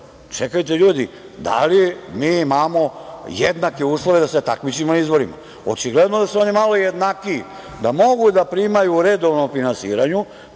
Čekajte ljudi, da li mi imamo jednake uslove dase takmičimo na izborima? Očigledno da su oni malo jednakiji da mogu da primaju i redovno finansiraju